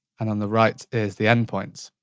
and on the right is the end points.